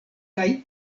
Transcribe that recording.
kaj